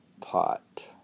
pot